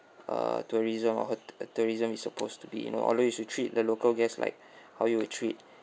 uh tourism or hot~ a tourism is supposed to be and always you treat the local guest like how you will treat